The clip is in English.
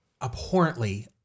abhorrently